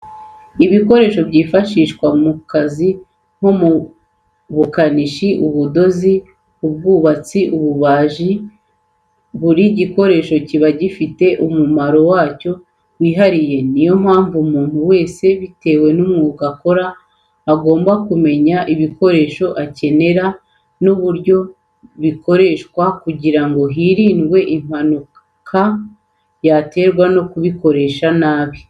Ibikoresho byifashishwa mu kazi nko mu bukanishi ,ubudozi ,ubwubatsi n'ububajii, buri gikoresho kiba gifite umumaro wacyo wihariye niyo mpamvu umuntu wese bitewe n'umwuga akora agomba kumenya ibikoresho akenera n'uburyo bikoreshwa kugirango hirindwe impanuka yaterwa no kubikoresha nabi.